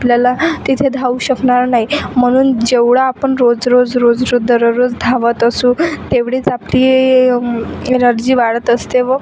आपल्याला तिथे धावू शकणार नाही म्हणून जेवढं आपण रोज रोज रोज दररोज धावत असू तेवढीच आपली एनर्जी वाढत असते व